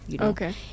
Okay